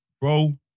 Bro